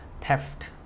theft